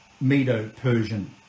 Medo-Persian